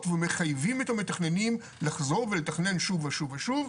ומחייבים את המתכננים לחזור ולתכנן שוב ושוב ושוב,